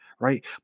right